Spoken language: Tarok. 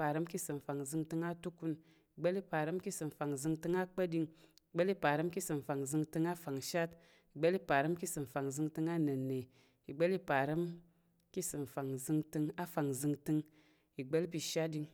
parəm ka̱ ìsəm nənna̱ atukun, ìgba̱l pa̱ parəm ka̱ ìsəm nənna̱ akpa̱ɗing, ìgba̱l pa̱ parəm ka̱ ìsəm nənna̱ afangshat, ìgba̱l pa̱ parəm ka̱ ìsəm nənna̱ anənna̱, ìgba̱l pa̱ parəm ka̱ ìsəm nənna̱ afangzəngtəng, ìgba̱l pa̱ parəm ka̱ ìsəm afangzəngtəng, ìgba̱l pa̱ parəm ka̱ ìsəm afangzəngtəng zəng, ìgba̱l pa̱ parəm ka̱ ìsəm afangzəngtəng apar, ìgba̱l pa̱ parəm ka̱ ìsəm afangzəngtəng shatɗing, ìgba̱l pa̱ parəm ka̱ ìsəm afangzəngtəng nəɗing, ìgba̱l pa̱ parəm ka̱ ìsəm afangzəngtəng atukun, ìgba̱l pa̱ parəm ka̱ ìsəm afangzəngtəng akpa̱ɗing, ìgba̱l pa̱ parəm ka̱ ìsəm afangzəngtəng afangshat, ìgba̱l pa̱ parəm ka̱ ìsəm afangzəngtəng anna̱nə, ìgba̱l pa̱ parəm ka̱ ìsəm afangzəngtəng afangzəngtəng, ìgba̱l pa̱ ìshatɗing,